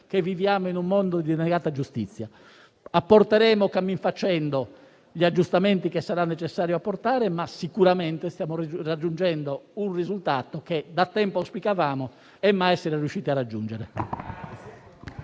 che viviamo in un mondo di negata giustizia. Apporteremo, cammin facendo, gli aggiustamenti che sarà necessario apportare, ma sicuramente stiamo raggiungendo un risultato che da tempo auspicavamo e che mai si era riusciti a raggiungere.